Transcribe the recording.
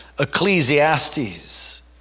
Ecclesiastes